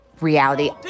reality